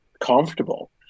comfortable